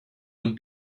would